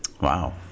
Wow